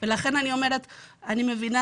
ולכן אני אומרת שאני מבינה